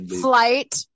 Flight